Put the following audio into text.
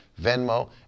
Venmo